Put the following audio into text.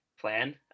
plan